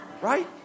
Right